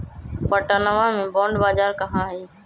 पटनवा में बॉण्ड बाजार कहाँ हई?